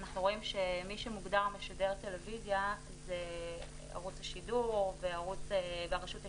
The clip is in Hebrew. אנחנו רואים שמי שמוגדר משדר טלוויזיה זה רשות השידור והרשות השניה,